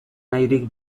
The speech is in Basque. nahirik